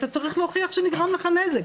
אתה צריך להוכיח שנגרם לך נזק,